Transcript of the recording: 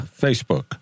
Facebook